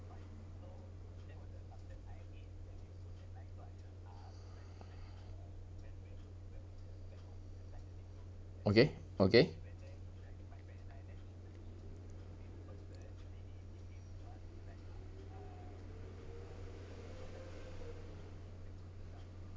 okay okay